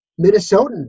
Minnesotan